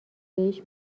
بهش